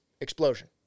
Explosion